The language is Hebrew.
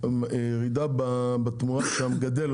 בתמורה שהמגדל,